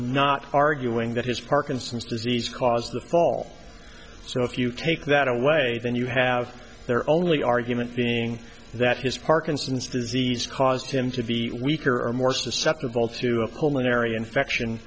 not arguing that his parkinson's disease caused the fall so if you take that away then you have their only argument being that his parkinson's disease caused him to be weaker or more susceptible to a pulmonary infection